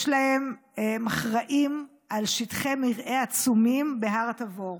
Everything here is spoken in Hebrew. יש להם, הם אחראים לשטחי מרעה עצומים בהר התבור.